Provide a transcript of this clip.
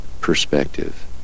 perspective